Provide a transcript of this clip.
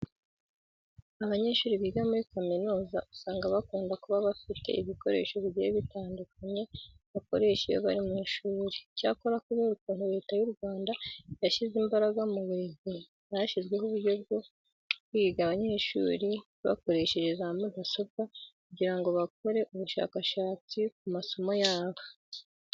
Abanyeshuri biga muri kaminuza usanga bakunda kuba bafite ibikoresho bigiye bitandukanye bakoresha iyo bari mu ishuri. Icyakora kubera ukuntu Leta y'u Rwanda yashyize imbaraga mu burezi, hashyizweho uburyo bwo kwiga abanyeshuri bakoresheje za mudasobwa kugira ngo bakore ubushakashatsi ku masomo yabo.